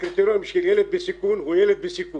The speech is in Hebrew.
הקריטריון של ילד בסיכון הוא ילד בסיכון